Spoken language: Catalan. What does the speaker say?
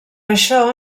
això